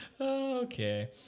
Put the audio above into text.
Okay